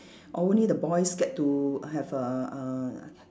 only the boys get to have a a